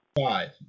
five